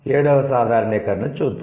7 వ సాధారణీకరణను చూద్దాం